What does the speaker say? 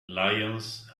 lions